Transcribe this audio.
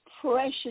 precious